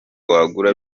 wagura